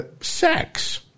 sex